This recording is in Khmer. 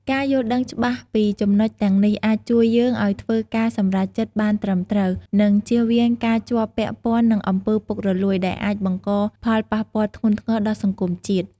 ការយល់ដឹងច្បាស់ពីចំណុចទាំងនេះ អាចជួយយើងឱ្យធ្វើការសម្រេចចិត្តបានត្រឹមត្រូវ និងជៀសវាងការជាប់ពាក់ព័ន្ធនឹងអំពើពុករលួយ ដែលអាចបង្កផលប៉ះពាល់ធ្ងន់ធ្ងរដល់សង្គមជាតិ។